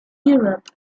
europe